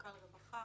מנכ"ל הרווחה,